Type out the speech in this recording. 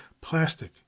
plastic